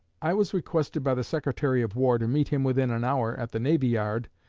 i was requested by the secretary of war to meet him within an hour at the navy-yard,